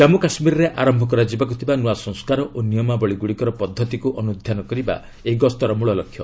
ଜାମ୍ମୁ କାଶ୍ମୀରରେ ଆରମ୍ଭ କରାଯିବାକୁ ଥିବା ନ୍ତଆ ସଂସ୍କାର ଓ ନିୟମାବଳୀଗୁଡ଼ିକର ପଦ୍ଧତିକୁ ଅନୁଧ୍ୟାନ କରିବା ଏହି ଗସ୍ତର ମୂଳ ଲକ୍ଷ୍ୟ